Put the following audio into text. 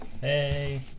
Hey